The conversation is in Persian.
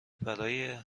برای